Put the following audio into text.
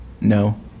no